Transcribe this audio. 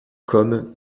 comme